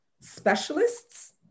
specialists